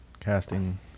casting